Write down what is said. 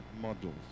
models